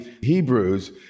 Hebrews